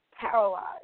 paralyzed